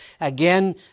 Again